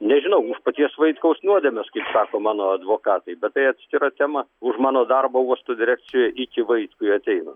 nežinau už paties vaitkaus nuodėmes kaip sako mano advokatai bet tai atskira tema už mano darbą uosto direkcijoje iki vaitkui ateinan